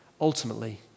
ultimately